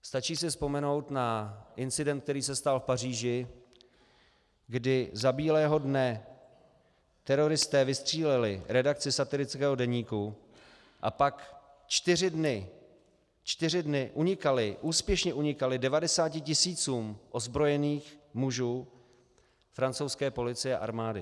Stačí si vzpomenout na incident, který se stal v Paříži, kdy za bílého dne teroristé vystříleli redakci satirického deníku a pak čtyři dny čtyři dny úspěšně unikali 90 tisícům ozbrojených mužů francouzské police a armády.